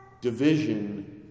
Division